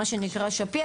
מה שנקרא שפירא,